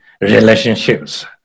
relationships